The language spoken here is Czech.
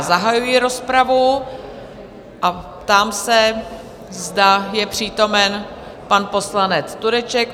Zahajuji rozpravu a ptám se, zda je přítomen pan poslanec Tureček?